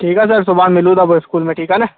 ठीकु आहे सर सुभाणे मिलू था पोइ इस्कूल में ठीकु आहे न